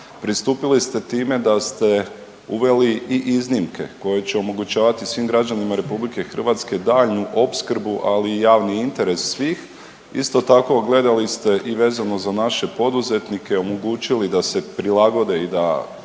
pristupili ste time da ste uveli i iznimke koje će omogućavati svim građanima RH daljnju opskrbu, ali i javni interes svih. Isto tako gledali ste i vezano za naše poduzetnike, omogućili da se prilagode i da